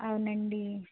అవునండి